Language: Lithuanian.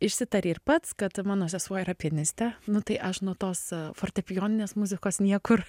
išsitarei ir pats kad mano sesuo yra pianistė nu tai aš nuo tos fortepijoninės muzikos niekur